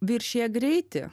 viršija greitį